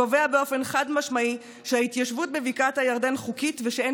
קובע באופן חד-משמעי שההתיישבות בבקעת הירדן חוקית ושאין